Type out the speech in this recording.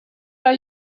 are